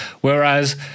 Whereas